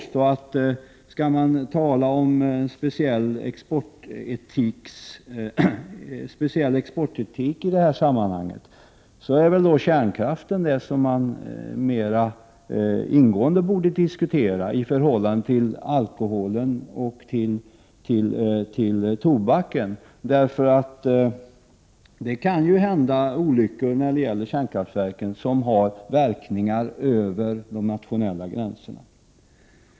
Skall man tala om en speciell exportetik i det här sammanhanget borde man väl diskutera kärnkraften mer ingående än alkoholen och tobaken — det vill jag nog påstå. När det gäller kärnkraftverken kan det ju hända olyckor som har verkningar över de nationella gränserna.